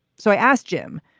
so i asked jim,